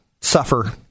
suffer